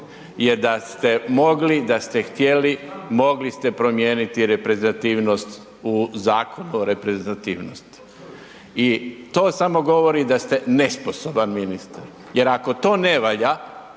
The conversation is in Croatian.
Jer da ste mogli, da ste htjeli, mogli ste promijeniti reprezentativnost u Zakonu o reprezentativnosti. I to samo govori da ste nesposoban ministar jer ako to ne valja,